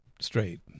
straight